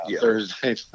Thursday